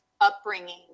upbringing